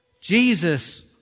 Jesus